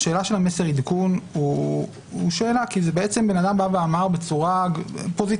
השאלה של מסר עדכון זו שאלה כי אדם אמר פוזיטיבית: